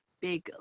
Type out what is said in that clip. big